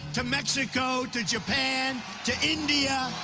to mexico, to japan, to india,